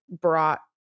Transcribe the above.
brought